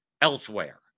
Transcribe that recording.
elsewhere